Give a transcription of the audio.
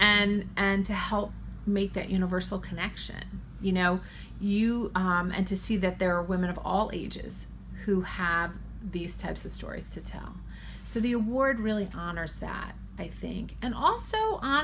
and and to help make that universal connection you know you and to see that there are women of all ages who have these types of stories to tell so the award really honors that i think and also